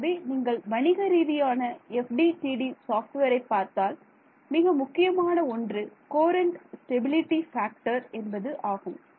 ஆகவே நீங்கள் வணிக ரீதியான FDTD சாஃப்ட்வேரை பார்த்தால் மிக முக்கியமான ஒன்று கோரன்ட் ஸ்டெபிலிடி ஃபேக்டர் என்பது ஆகும்